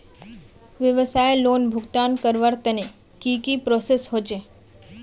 व्यवसाय लोन भुगतान करवार तने की की प्रोसेस होचे?